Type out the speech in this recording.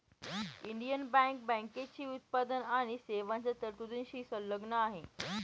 Indian bank बँकेची उत्पादन आणि सेवांच्या तरतुदींशी संलग्न आहे